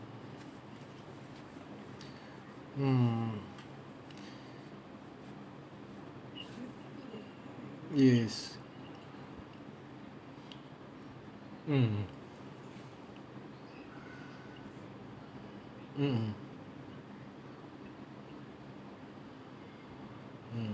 mm yes mm mm mm mm